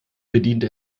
bediente